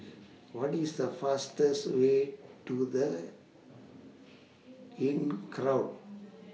What IS The fastest Way to The Inncrowd